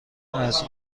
است